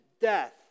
death